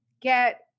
get